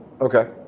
Okay